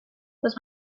was